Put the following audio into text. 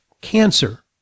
cancer